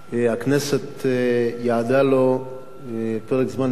הכנסת ייעדה לו פרק זמן נכבד,